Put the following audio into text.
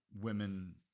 women